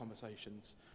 conversations